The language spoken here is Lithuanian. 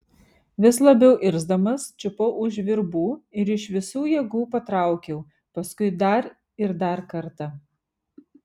vis labiau irzdamas čiupau už virbų ir iš visų jėgų patraukiau paskui dar ir dar kartą